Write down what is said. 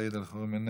סעיד אלחרומי,